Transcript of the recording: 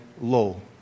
low